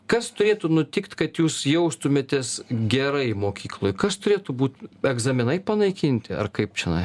kas turėtų nutikt kad jūs jaustumėtės gerai mokykloj kas turėtų būt egzaminai panaikinti ar kaip čionai